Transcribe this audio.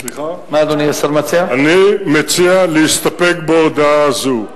אני מציע להסתפק בהודעה הזאת.